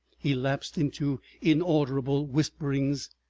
he lapsed into inaudible whisperings,